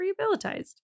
rehabilitized